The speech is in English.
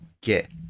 get